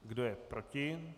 Kdo je proti?